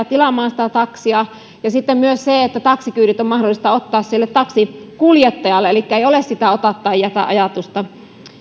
tilaamaan sitä taksia ja sitten myös siihen että taksikyydit olisi mahdollista ottaa sille taksinkuljettajalle elikkä ei ole sitä ota tai jätä ajatusta